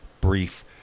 brief